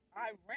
Iran